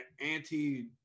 anti